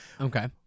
Okay